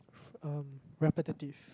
um repetitive